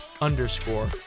underscore